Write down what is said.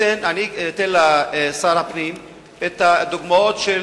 אתן לשר הפנים את הדוגמאות של